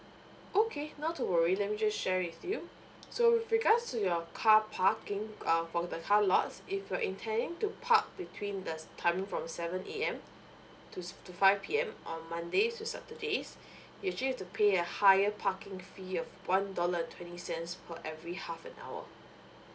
okay not to worry let me just share with you so with regards to your car parking err for the car lots if you're intending to park between there's timing from seven A_M to to five P_M on monday to saturday you actually have to pay a higher parking fee of one dollar twenty cents per every half an hour